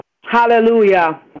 Hallelujah